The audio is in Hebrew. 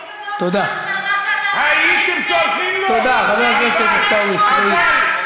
תודה, חבר הכנסת עיסאווי פריג'.